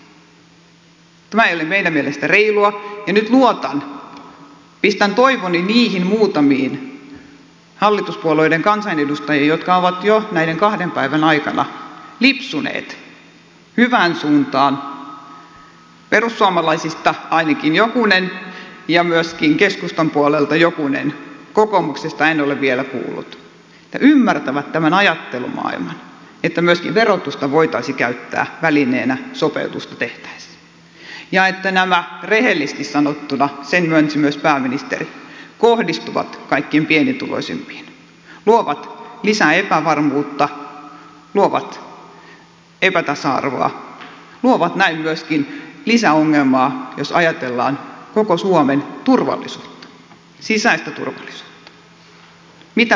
tämä ei ole meidän mielestämme reilua ja nyt luotan pistän toivoni niihin muutamiin hallituspuolueiden kansanedustajiin jotka ovat jo näiden kahden päivän aikana lipsuneet hyvään suuntaan perussuomalaisista ainakin jokunen ja myöskin keskustan puolelta jokunen kokoomuksesta en ole vielä kuullut että ymmärtävät tämän ajattelumaailman että myöskin verotusta voitaisiin käyttää välineenä sopeutusta tehtäessä ja että nämä rehellisesti sanottuna sen myönsi myös pääministeri kohdistuvat kaikkein pienituloisimpiin luovat lisää epävarmuutta luovat epätasa arvoa luovat näin myöskin lisäongelmaa jos ajatellaan koko suomen sisäistä turvallisuutta